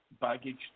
baggage